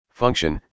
Function